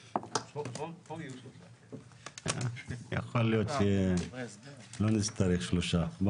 למרות שיכול להיות שלא נצטרך שלושה דיונים.